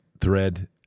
thread